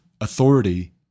authority